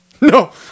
No